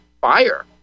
fire